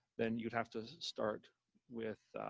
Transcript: then you'd have to start with